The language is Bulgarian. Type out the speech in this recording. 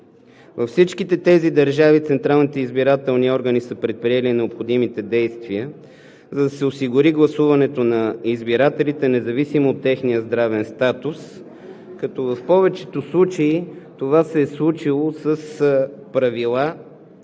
Във всичките тези държави централните избирателни органи са предприели необходимите действия, за да се осигури гласуването на избирателите независимо от техния здравен статус. В повечето случаи това се е случило с правила,